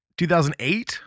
2008